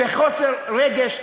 בחוסר רגש,